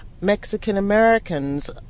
Mexican-Americans